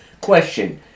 Question